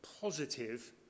positive